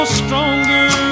stronger